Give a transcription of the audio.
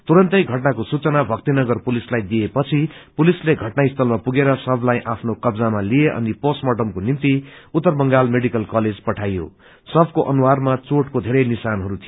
तुरन्तै घटनाको सूचना भक्तिनगर पुलिसलाई दिइएपछि पुलिसले घटनास्थलमा पुगेर शवलाई आफ्नो कब्जामा लिए अनि पोस्टर्माटमको निम्ति उत्तर बंगाल मेडिकल कलेज पठाइयो शवको अनुहारमा चोटको बेरै निशानाहरू थियो